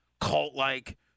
cult-like